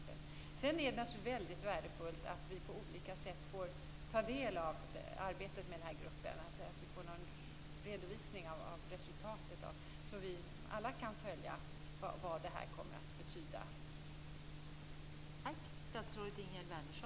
Sedan är det naturligtvis väldigt värdefullt att vi på olika sätt får ta del av arbetet med gruppen och får en redovisning av resultatet, så att vi alla kan följa vad det här kommer att betyda.